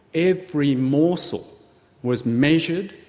every morsel was measured,